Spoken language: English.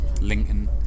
Lincoln